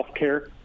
healthcare